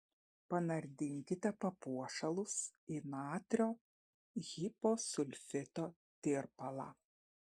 panardinkite papuošalus į natrio hiposulfito tirpalą